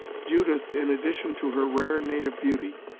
judith, in addition to her rare native beauty,